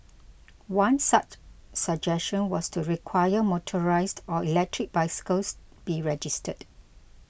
one such suggestion was to require motorised or electric bicycles be registered